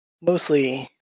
Mostly